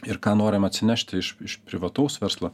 ir ką norim atsinešti iš iš privataus verslo